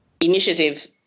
initiative